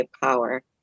power